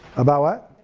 about what?